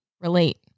relate